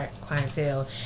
clientele